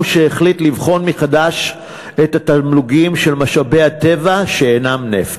הוא שהחליט לבחון מחדש את התמלוגים על משאבי הטבע שאינם נפט.